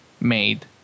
made